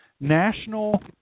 National